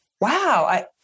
wow